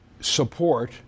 support